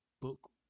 book